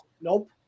Nope